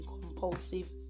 compulsive